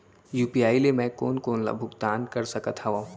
UPI ले मैं कोन कोन ला भुगतान कर सकत हओं?